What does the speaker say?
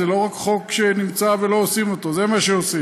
זה לא רק חוק שנמצא ולא עושים אותו זה מה שעושים.